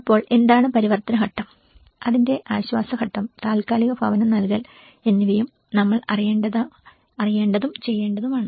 അപ്പോൾ എന്താണ് പരിവർത്തന ഘട്ടം അതിന്റെ ആശ്വാസ ഘട്ടം താൽക്കാലിക ഭവനം നൽകൽ എന്നിവയും നമ്മൾ അറിയേണ്ടതും ചെയ്യേണ്ടതുമാണ്